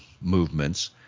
movements